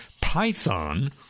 Python